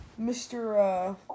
Mr